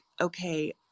okay